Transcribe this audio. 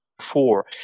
four